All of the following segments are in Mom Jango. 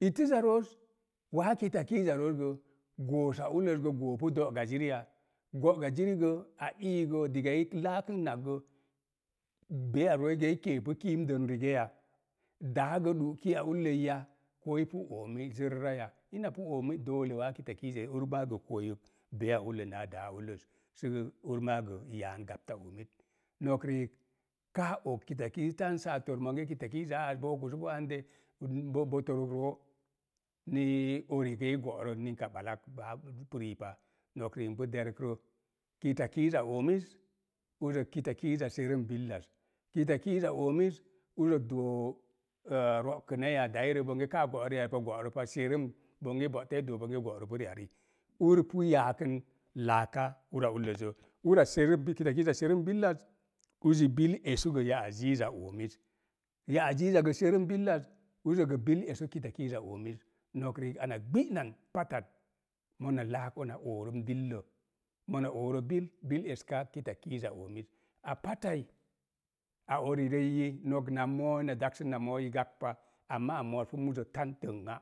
Ittəzza rooz, waa kitakiiza rooz gə goosa ullos gə goopu do̱'ga ziriya? Do̱'ga ziri gə, a ii gə diga i laa kənak gə, beiya rooi i keepu kúm dən rigaya? Daa gə ɗu ki a ulloi ya koo ipu oomi zərra ya? Ina pu oomi doole wa kitakizi ur maa gə koyuk beiya ulloz naa daa a ulloz sə ur maa gə i yaan gapta oomit. No̱k riik kaa og kitakiiz tan saa doo monge kitakiizaa az bo okusupu hande, nbo bo tork roo, nii ori gə ninka i go̱'rə ɓalak, bab, pu rii pa. No̱k riik npu derkrə, kitakiiza oomiz, uzə kitakiiza serum billaz, kitakiiza oomiz uzo doo em rokənaiya dairə bonge kaa ge̱'rə ri'an pa, go̱'rə pa, serum bonge bo̱'ta i doo bonge go̱'rəpu ri'ari. Ur p yaakən laaka ura ulləzzə. Ura serum pu kitakiiza serum billaz, uzi bil esu gə ya'aziza oomiz. Ya'aziza gə serum billaz uzi bil gə esu kitakiiza oomiz. No̱k riik ana gbi'nan patak, mona laak ona oorum billə, mona ooro bil, bil eska kitakiiza oomiz. A patai, a orirəiti no̱k na mo̱o̱ na daksən na mo̱o̱ i gakp pa, amma a mo̱o̱z pu muzə tan təngna,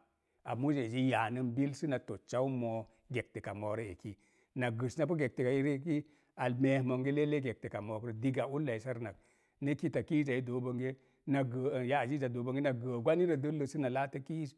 a muzə ezi yanum bil səna tossau mo̱o̱ gəktəka mo̱o̱rə eki. Na gəsna pu gəktəka mo̱o̱kə diga ullaa i sarənak, ni kitakiiza i doou bonge̱ na gəə, əəh ya'aziza na gəə gwanirəb dəllə səna laatə laiz.